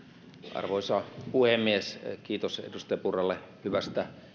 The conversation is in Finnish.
arvoisa puhemies kiitos edustaja purralle hyvästä